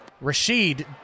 Rashid